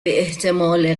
باحتمال